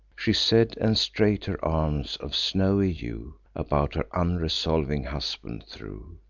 she said and straight her arms, of snowy hue, about her unresolving husband threw.